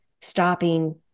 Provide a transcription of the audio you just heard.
stopping